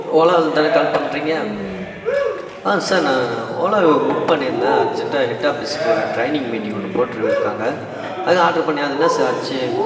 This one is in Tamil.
ஓலாவிலருந்து தானே கால் பண்ணுறீங்க ஆ சார் நான் ஓலா புக் பண்ணியிருந்தேன் அர்ஜெண்ட்டாக ஹெட்ஆஃபீஸ்க்கு ஒரு ட்ரைனிங் மீட்டிங் ஒன்று போட்டு இருக்காங்க அது ஆட்ரு பண்ணிணேன் அது என்ன சார் ஆச்சு